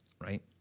Right